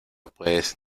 puedes